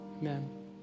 Amen